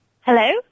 Hello